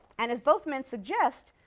and, as both men suggest,